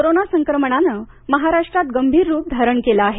corona संक्रमणानं महाराष्ट्रात गंभीर रूप धारण केले आहे